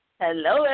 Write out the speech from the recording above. Hello